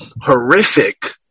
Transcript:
horrific